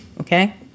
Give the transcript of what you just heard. okay